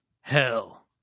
Hell